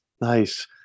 Nice